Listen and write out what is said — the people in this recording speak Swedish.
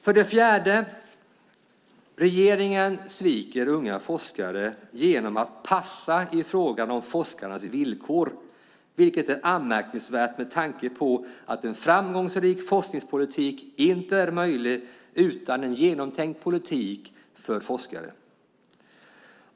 För det fjärde sviker regeringen unga forskare genom att passa i frågan om forskarnas villkor, vilket är anmärkningsvärt med tanke på att en framgångsrik forskningspolitik inte är möjlig utan en genomtänkt politik för forskare.